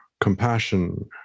compassion